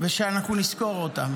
ושנזכור אותם